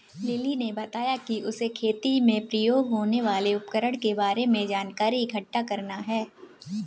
lily ने बताया कि उसे खेती में प्रयोग होने वाले उपकरण के बारे में जानकारी इकट्ठा करना है